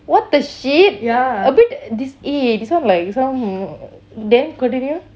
what the shit a bit this eh this one like some then continue